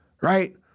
right